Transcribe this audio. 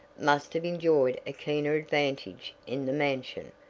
must have enjoyed a keener advantage in the mansion,